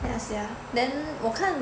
ya sia then 我看